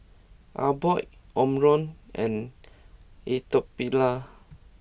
Abbott Omron and Atopiclair